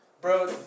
Bro